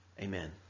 amen